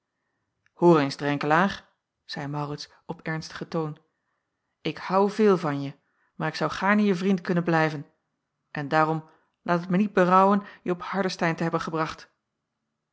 hoor eens drenkelaer zeî maurits op ernstigen toon ik hou veel van je maar ik zou gaarne je vriend kunnen blijven en daarom laat het mij niet berouwen je op hardestein te hebben gebracht